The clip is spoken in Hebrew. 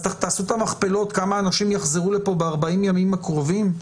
תעשו את המכפלות כמה אנשים יחזרו לכאן ב-40 הימים הקרובים.